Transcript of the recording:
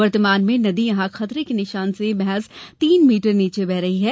वर्तमान में नदी यहां खतरे के निशान से महज तीन मीटर नीचे बह रही है